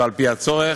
ועל-פי הצורך,